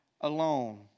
alone